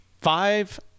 Five